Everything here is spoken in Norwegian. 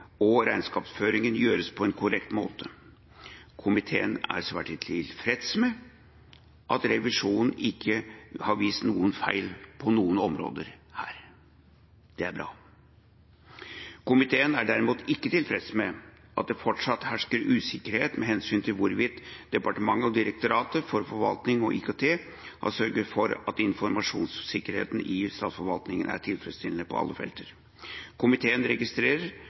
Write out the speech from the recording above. og regnskapsføring gjøres på en korrekt måte. Komiteen er svært tilfreds med at revisjonen her ikke har vist feil på noen områder – det er bra. Komiteen er derimot ikke tilfreds med at det fortsatt hersker usikkerhet med hensyn til hvorvidt departementet og Direktoratet for forvaltning og IKT har sørget for at informasjonssikkerheten i statsforvaltninga er tilfredsstillende på alle felter. Komiteen registrerer